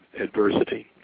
adversity